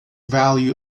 value